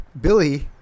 Billy